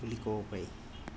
বুলি ক'ব পাৰি